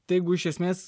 tai jeigu iš esmės